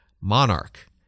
monarch